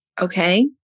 okay